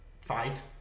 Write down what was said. fight